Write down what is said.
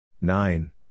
nine